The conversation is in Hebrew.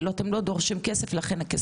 אתם לא דורשים את הכסף?